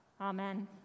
Amen